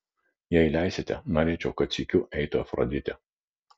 jei leisite norėčiau kad sykiu eitų afroditė